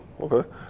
Okay